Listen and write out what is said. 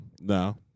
No